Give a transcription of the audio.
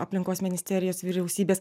aplinkos ministerijos vyriausybės